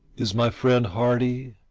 is my friend hearty,